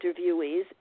interviewees